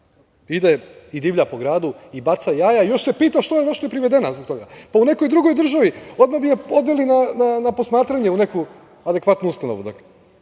Ide i divlja po gradu i baca i još se pita što je privedena zbog toga. Pa, u nekoj drugoj državi odma bi je odveli na posmatranje u neku adekvatnu ustanovu. Ali,